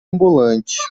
ambulante